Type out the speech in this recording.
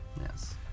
yes